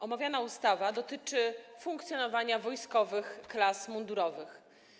Omawiana ustawa dotyczy funkcjonowania wojskowych klas mundurowych.